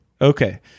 Okay